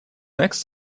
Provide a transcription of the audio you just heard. next